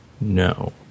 No